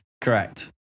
Correct